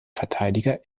verteidiger